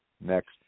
next